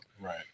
Right